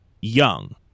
young